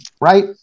right